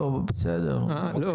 אתה רוצה